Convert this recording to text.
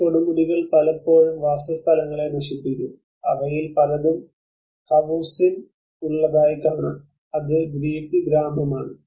ഈ കൊടുമുടികൾ പലപ്പോഴും വാസസ്ഥലങ്ങളെ നശിപ്പിക്കും അവയിൽ പലതും കാവുസിൻ ഉള്ളതായി കാണാം അത് ഗ്രീക്ക് ഗ്രാമമാണ്